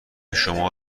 شما